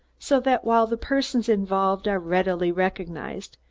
so that, while the persons involved are readily recognized,